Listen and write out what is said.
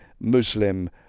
Muslim